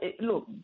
look